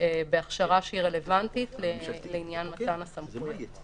בהכשרה שהיא רלוונטית לעניין מתן הסמכויות.